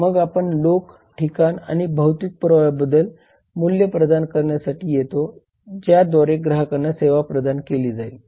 मग आपण लोक ठिकाण आणि भौतिक पुराव्यांद्वारे मूल्य प्रदान करण्यासाठी येतो ज्याद्वारे ग्राहकांना सेवा प्रदान केली जाते